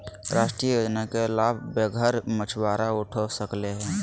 राष्ट्रीय योजना के लाभ बेघर मछुवारा उठा सकले हें